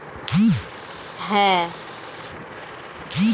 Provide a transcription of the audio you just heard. এক রকমের কাশ্মিরী ছাগল থেকে উল চাষ হয়